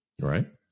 Right